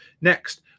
Next